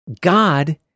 God